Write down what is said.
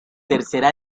tercera